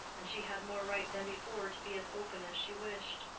and she had more right than before to be as open as she wished.